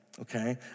Okay